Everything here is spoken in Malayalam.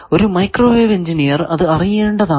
ഒരു മൈക്രോവേവ് എഞ്ചിനീയർ അത് അറിയേണ്ടതാണ്